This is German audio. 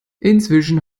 inzwischen